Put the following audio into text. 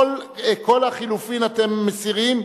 את כל הלחלופין אתם מסירים,